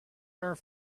are